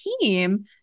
team